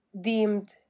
deemed